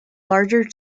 larger